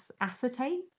acetate